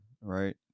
right